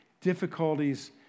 difficulties